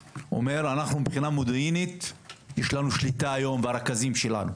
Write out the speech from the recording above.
שאומר: מבחינה מודיעינית יש לנו שליטה היום ברכזים שלנו.